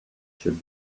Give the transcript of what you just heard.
should